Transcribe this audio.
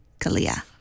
Kalia